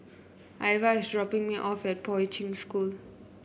Ivah is dropping me off at Poi Ching School